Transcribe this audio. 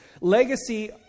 Legacy